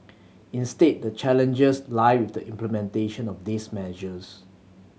instead the challenges lie with the implementation of these measures